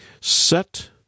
set